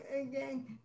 again